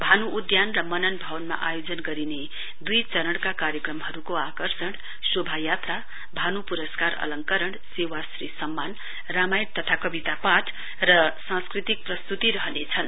भानु उद्यान र मनन भवनमा आयोजन गरिने दुई चरणका कार्यक्रमका आकर्षण शोभा यात्रा भानु पुरस्कार अलङ्करण सेवाश्री सम्मान रामायण तथा कवितदा पाठ र सांस्कृतिक प्रस्तुती रहनेछन्